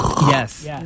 Yes